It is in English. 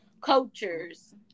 cultures